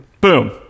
Boom